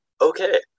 Okay